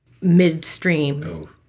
midstream